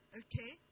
okay